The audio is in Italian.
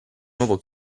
nuovo